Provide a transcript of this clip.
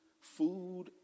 food